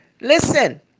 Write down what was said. Listen